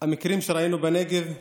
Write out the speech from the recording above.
המקרים שראינו בנגב,